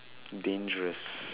dangerous